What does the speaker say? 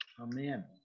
Amen